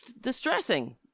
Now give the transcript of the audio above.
distressing